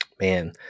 man